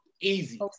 easy